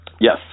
Yes